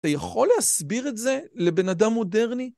אתה יכול להסביר את זה לבן אדם מודרני?